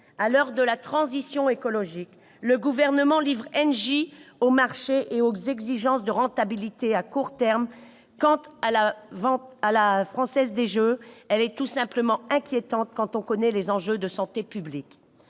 à l'heure de la transition écologique, il livre Engie au marché et aux exigences de rentabilité à court terme. Quant à la vente de la Française des jeux, elle est tout simplement inquiétante quand on connaît les enjeux de santé publique.